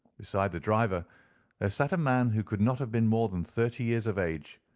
beside the driver there sat a man who could not have been more than thirty years of age,